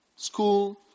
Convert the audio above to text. School